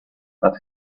but